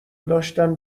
داشتم